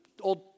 old